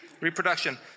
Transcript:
reproduction